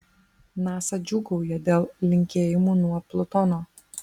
nasa džiūgauja dėl linkėjimų nuo plutono